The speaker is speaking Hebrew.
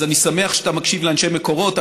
אז אני שמח שאתה מקשיב לאנשי מקורות,